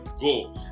go